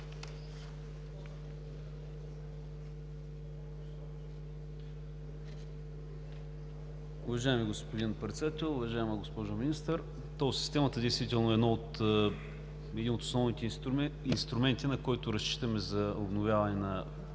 Уважаеми господин Председател, уважаема госпожо Министър! Тол системата действително е един от основните инструменти, на който разчитаме за обновяване на